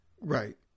Right